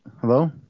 Hello